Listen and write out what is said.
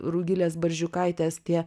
rugilės barzdžiukaitės tie